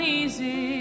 easy